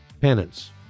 penance